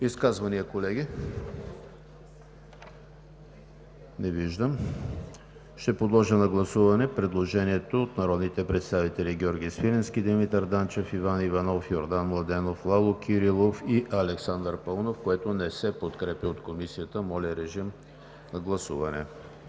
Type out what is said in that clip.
Изказвания, колеги? Не виждам. Подлагам на гласуване предложението от народните представители Георги Свиленски, Димитър Данчев, Иван Иванов, Йордан Младенов, Лало Кирилов и Александър Паунов, което не се подкрепя от Комисията. Гласували